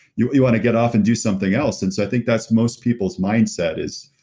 you you want to get off and do something else, and so i think that's most people's mindset is,